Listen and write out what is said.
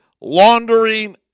laundering